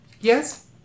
Yes